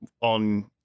on